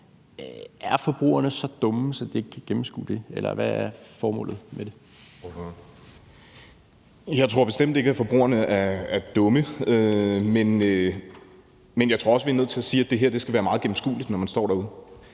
Ordføreren. Kl. 13:52 Brian Bressendorff (S): Jeg tror bestemt ikke, at forbrugerne er dumme. Men jeg tror, at vi er nødt til at sige, at det her skal være meget gennemskueligt, når man står derude.